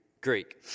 Greek